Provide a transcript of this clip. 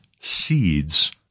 seeds